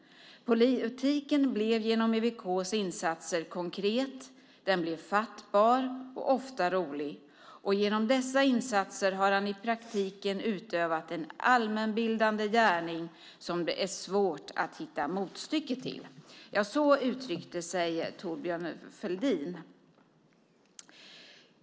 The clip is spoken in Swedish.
Politiken blev genom EWK:s insatser konkret, den blev fattbar och ofta rolig. Genom dessa insatser har han i praktiken utövat en allmänbildande gärning som det är svårt att hitta motstycke till." Ja, så uttryckte sig Thorbjörn Fälldin.